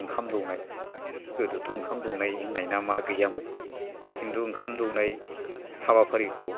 ओंखाम दौनाय गोदोथ' ओंखाम दौनाय होन्नाय ना मा गैयामोन दा खिन्थु ओंखाम दौनाय हाबाफारिखौ